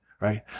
right